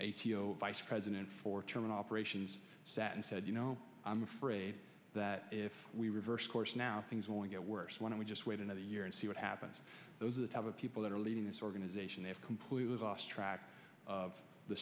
o vice president for terminal operations sat and said you know i'm afraid that if we reverse course now things will get worse when we just wait another year and see what happens those are the type of people that are leading this organization have completely lost track of the